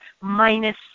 minus